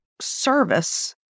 service